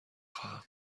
خواهم